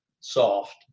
soft